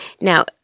now